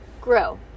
grow